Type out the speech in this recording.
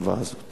מההטבה הזאת